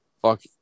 Fuck